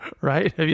Right